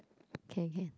can can